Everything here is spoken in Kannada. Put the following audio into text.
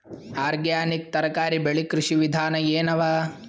ಆರ್ಗ್ಯಾನಿಕ್ ತರಕಾರಿ ಬೆಳಿ ಕೃಷಿ ವಿಧಾನ ಎನವ?